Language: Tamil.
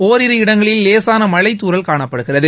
ஒரிரு இடங்களில் லேசான மழைத்தூரல் காணப்படுகிறது